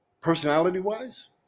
Personality-wise